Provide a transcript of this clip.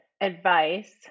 advice